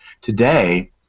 Today